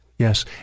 Yes